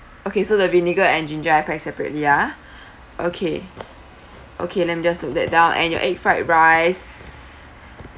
okay so the vinegar and ginger I pack separately ah okay okay let me just note that down and your egg fried rice